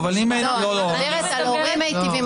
אני מדברת על הורים מיטיבים.